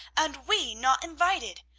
and we not invited.